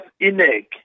INEG